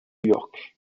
york